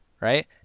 right